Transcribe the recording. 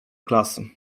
klasy